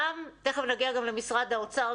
תיכף נגיע גם למשרד האוצר,